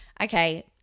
Okay